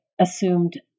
assumed